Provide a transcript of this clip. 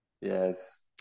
Yes